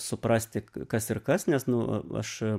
suprasti kas ir kas nes nu aš